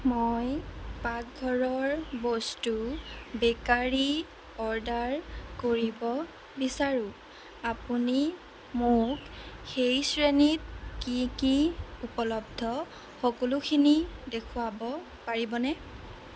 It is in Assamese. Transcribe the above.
মই পাকঘৰৰ বস্তু বেকাৰী অৰ্ডাৰ কৰিব বিচাৰোঁ আপুনি মোক সেই শ্ৰেণীত কি কি উপলব্ধ সকলোখিনি দেখুৱাব পাৰিবনে